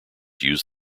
use